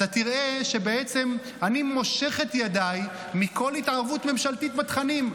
אתה תראה שלמעשה אני מושך את ידיי מכל התערבות ממשלתית בתכנים.